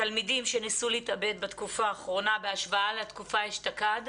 תלמידים שניסו להתאבד בתקופה האחרונה בהשוואה לתקופה אשתקד?